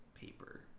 paper